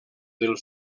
del